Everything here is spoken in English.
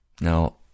Now